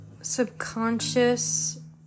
subconscious